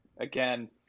again